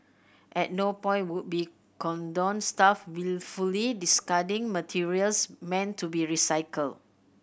at no point would be condone staff wilfully discarding materials meant to be recycled